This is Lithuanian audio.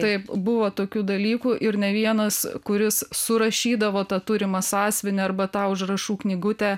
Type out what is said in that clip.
taip buvo tokių dalykų ir ne vienas kuris surašydavo tą turimą sąsiuvinį arba tą užrašų knygutę